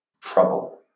trouble